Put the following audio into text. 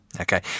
Okay